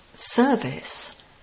Service